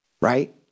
right